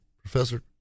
Professor